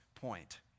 point